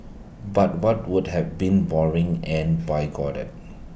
but what would have been boring and bigoted